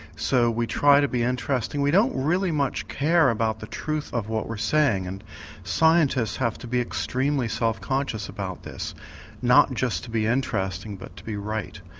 so we try to be interesting, we don't really much care about the truth of what we're saying, and scientists have to be extremely self conscious about this not just to be interesting but to be right.